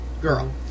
girl